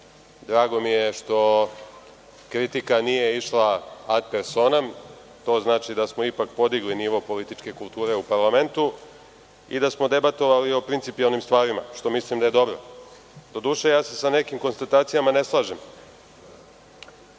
drago mi je što kritika nije išla ad personam, to znači da smo ipak podigli nivo političke kulture u parlamentu i da smo debatovali o principijelnim stvarima, što mislim da je dobro. Doduše, ja se sa nekim konstatacijama ne slažem. Što